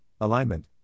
alignment